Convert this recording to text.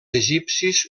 egipcis